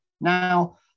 Now